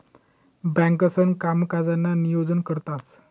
बँकांसणा कामकाजनं नियोजन करतंस